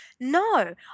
No